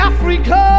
Africa